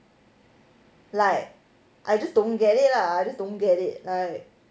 like I just don't get it lah I just don't get it like